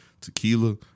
Tequila